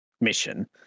mission